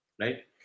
right